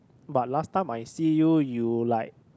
but last time I see you you like